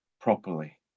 properly